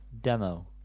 Demo